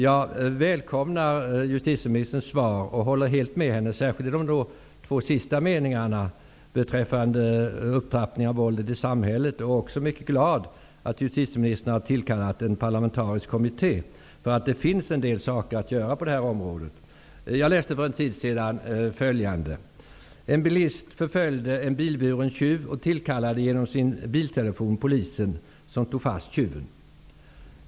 Jag välkomnar justitieministerns svar, och jag håller helt med henne, särskilt när det gäller de två avslutande meningarna beträffande upptrappning av våldet i samhället. Jag är också mycket glad att justitieministern har tillkallat en parlamentarisk kommitté, eftersom det finns en del saker att lära på det här området. Jag läste för en tid sedan följande: En bilist förföljde en bilburen tjuv och tillkallade genom sin biltelefon polisen, som tog fast tjuven.